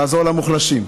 לעזור למוחלשים.